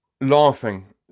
laughing